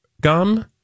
gum